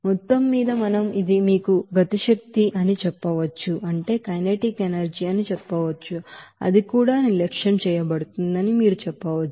మొత్తం మీద మనం ఇది మీకు కైనెటిక్ ఎనెర్జి అని చెప్పవచ్చు అది కూడా నిర్లక్ష్యం చేయబడుతుందని మీరు చెప్పవచ్చు